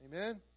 Amen